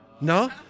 No